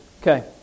Okay